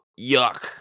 yuck